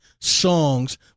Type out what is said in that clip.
songs